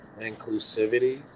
inclusivity